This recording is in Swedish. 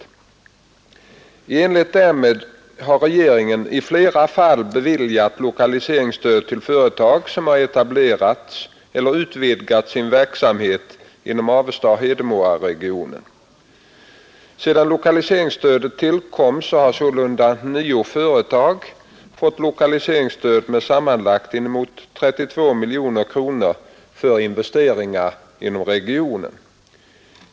I enlighet därmed har regeringen i flera fall beviljat lokaliseringsstöd till företag som har etablerat eller utvidgat sin verksamhet inom regionen Avesta—Hedemora. Sedan lokaliseringsstödet tillkom har sålunda nio företag fått lokaliseringsstöd med sammanlagt inemot 32 miljoner kronor för investeringar inom regionen.